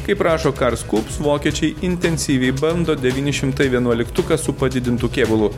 kaip rašo karskups vokiečiai intensyviai bando devyni šimtai vienuoliktuką su padidintu kėbulu